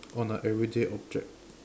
on a everyday object